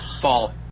Fall